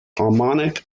harmonic